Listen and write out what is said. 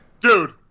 dude